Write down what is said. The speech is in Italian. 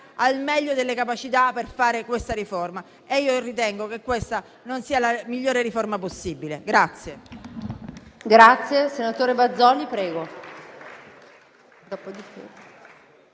al meglio delle capacità per realizzarla e io ritengo che questa non sia la migliore riforma possibile.